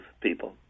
people